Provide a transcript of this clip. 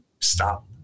stop